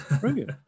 brilliant